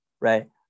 right